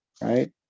right